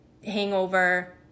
hangover